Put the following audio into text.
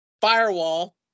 firewall